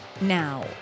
Now